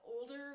older